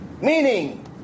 Meaning